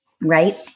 right